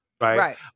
Right